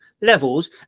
levels